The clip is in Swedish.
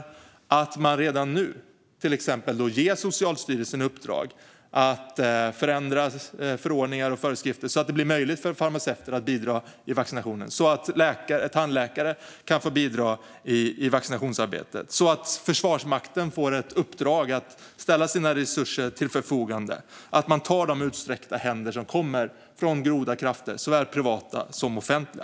Man kan redan nu ge Socialstyrelsen i uppdrag att förändra förordningar och föreskrifter så att det blir möjligt för farmaceuter och tandläkare att bidra i vaccinationsarbetet och ge Försvarsmakten i uppdrag att ställa sina resurser till förfogande. Det gäller att ta de utsträckta händer som kommer från goda krafter, såväl privata som offentliga.